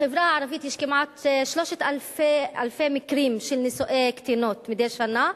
בחברה הערבית יש כמעט 3,000 מקרים של נישואי קטינות מדי שנה.